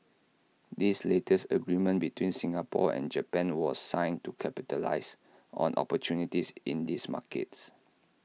this latest agreement between Singapore and Japan was signed to capitalise on opportunities in these markets